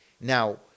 Now